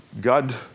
God